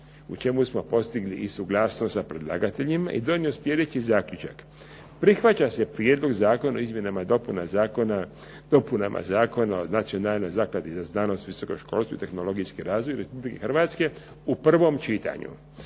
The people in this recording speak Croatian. u čemu smo postigli i suglasnost sa predlagateljima i donio sljedeći zaključak Prihvaća se Prijedlog zakona o izmjenama i dopunama Zakona o Nacionalnoj zakladi za znanost, visoko školstvo i tehnologijski razvoj Republike Hrvatske u prvom čitanju.